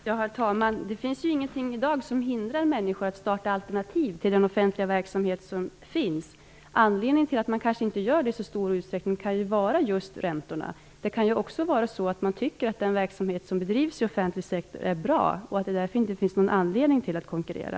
Herr talman! Det finns ingenting som i dag hindrar människor att starta alternativ till den offentliga verksamhet som finns. Anledningen till att man inte gör det i så stor utsträckning kan vara just räntenivåerna. Det kan också vara så att man tycker att den verksamhet som bedrivs inom offentlig sektor är bra och att det därför inte finns någon anledning att konkurrera.